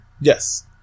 Yes